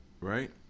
Right